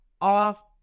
off